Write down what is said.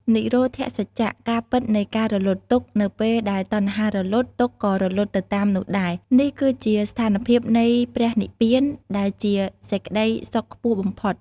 និរោធសច្ចៈ ការពិតនៃការរលត់ទុក្ខ នៅពេលដែលតណ្ហារលត់ ទុក្ខក៏រលត់ទៅតាមនោះដែរ នេះគឺជាស្ថានភាពនៃព្រះនិព្វាន ដែលជាសេចក្តីសុខខ្ពស់បំផុត។